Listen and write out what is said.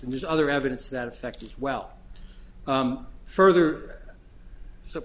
and there's other evidence that effect as well further so